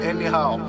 Anyhow